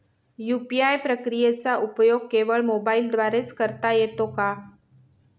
UPI प्रक्रियेचा उपयोग केवळ मोबाईलद्वारे च करता येतो का?